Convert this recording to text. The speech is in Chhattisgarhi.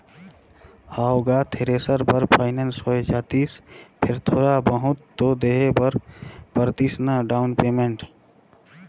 हव गा थेरेसर बर फाइनेंस होए जातिस फेर थोड़ा बहुत तो देहे बर परतिस ना डाउन पेमेंट